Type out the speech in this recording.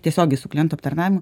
tiesiogiai su klientų aptarnavimu